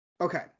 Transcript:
Okay